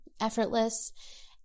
effortless